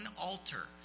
altar